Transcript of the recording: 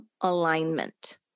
alignment